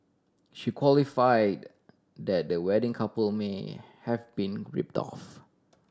she qualified that the wedding couple may have been ripped off